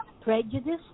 prejudice